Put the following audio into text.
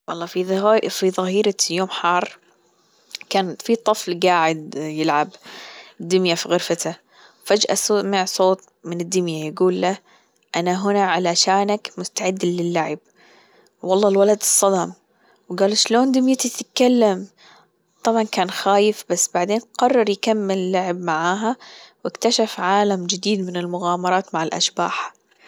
والله في ظهيرة يوم حار كان في طفل جاعد يلعب بالدمية في غرفته فجأة سمع صوت من الدمية يجول له أنا هنا علشانك مستعد للعب والله الولد إتصدم وجال اشلون دميتي تتكلم طبعا كان خايف بس بعدين يكمل قرر لعب معاها وإكتشف عالم جديد من المغامرات مع الأشباح